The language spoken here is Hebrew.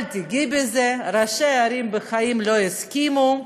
אל תיגעי בזה, ראשי הערים בחיים לא יסכימו,